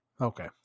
Okay